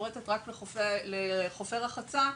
שמפורטת לחופי רחצה,